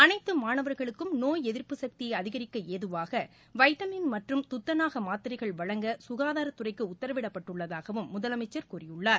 அளைத்து மாணவர்களுக்கும் நோய் எதிர்ப்பு சக்தியை அதிகரிக்க ஏதுவாக வைட்டமின் மற்றம் துத்தநாக மாத்திரைகள் வழங்க சுகாதாரத்துறைக்கு உத்தரவிடப்பட்டுள்ளதாகவும் முதலமைச்சர் கூறியுள்ளார்